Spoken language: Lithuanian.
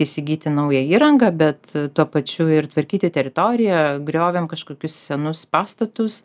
įsigyti naują įrangą bet tuo pačiu ir tvarkyti teritoriją griovėm kažkokius senus pastatus